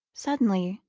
suddenly,